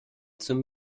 zum